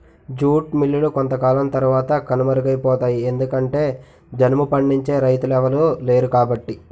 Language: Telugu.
జూట్ మిల్లులు కొంతకాలం తరవాత కనుమరుగైపోతాయి ఎందుకంటె జనుము పండించే రైతులెవలు లేరుకాబట్టి